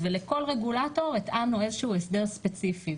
ולכל רגולטור התאמנו הסדר ספציפי.